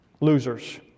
Losers